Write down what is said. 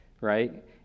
right